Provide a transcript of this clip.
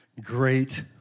great